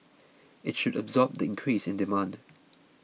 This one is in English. it should absorb the increase in demand